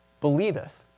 believeth